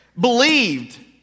believed